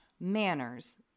manners